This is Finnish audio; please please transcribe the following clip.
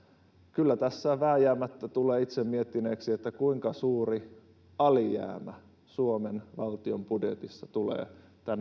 kyllä tässä vääjäämättä tulee itse miettineeksi kuinka suuri alijäämä suomen valtion budjetissa tulee tänä vuonna